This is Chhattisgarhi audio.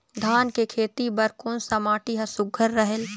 धान के खेती बर कोन सा माटी हर सुघ्घर रहेल?